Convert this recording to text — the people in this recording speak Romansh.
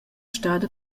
stada